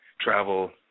travel